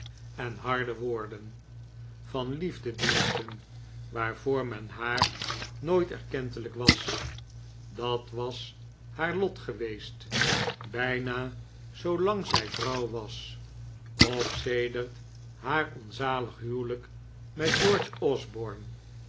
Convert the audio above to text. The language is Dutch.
en harde woorden van liefdediensten waarvoor men haar nooit erkentelijk was dat was haar lot geweest bijna zoo lang zij vrouw was of sedert haar onzalig huwelijk met george osborne